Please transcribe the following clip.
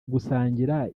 gusangira